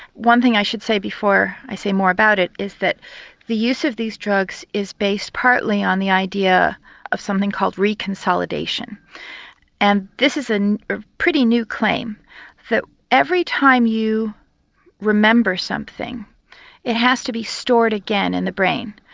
one thing i should say before i say more about it is that the use of these drugs is based partly on the idea of something called reconsolidation and this is a pretty new claim that every time you remember something it has to be stored again in the brain.